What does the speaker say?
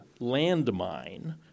landmine